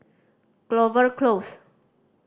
Clover Close